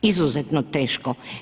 Izuzetno teško.